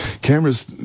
cameras